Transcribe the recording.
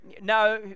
No